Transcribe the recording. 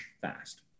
fast